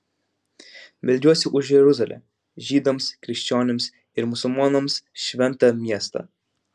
meldžiuosi už jeruzalę žydams krikščionims ir musulmonams šventą miestą